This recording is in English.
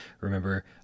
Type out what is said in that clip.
remember